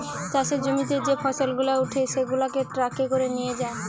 চাষের জমিতে যে ফসল গুলা উঠে সেগুলাকে ট্রাকে করে নিয়ে যায়